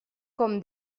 com